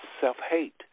self-hate